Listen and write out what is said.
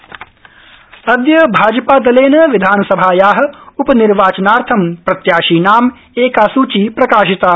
आजपा सची अदय भाजपा दलेन विधानसभाया उपनिर्वाचनार्थ प्रत्याशीनां एका सुची प्रकाशिता